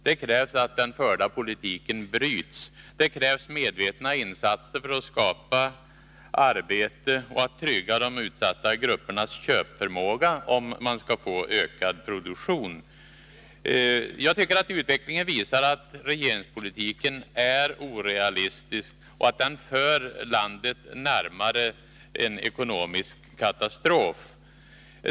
Det krävs att den förda politiken bryts, det krävs medvetna insatser för att skapa arbete och för att trygga de utsatta gruppernas köpförmåga, om man skall få ökad produktion. Jag tycker att utvecklingen visar att regeringspolitiken är orealistisk och att den för landet närmare en ekonomisk katastrof.